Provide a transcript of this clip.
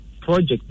project